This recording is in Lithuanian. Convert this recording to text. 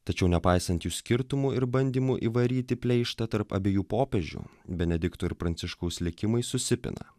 tačiau nepaisant jų skirtumų ir bandymų įvaryti pleištą tarp abiejų popiežių benedikto ir pranciškaus likimai susipina